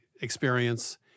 experience